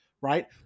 right